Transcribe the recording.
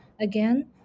Again